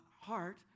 heart